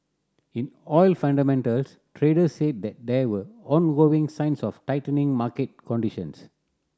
in oil fundamentals traders said that there were ongoing signs of tightening market conditions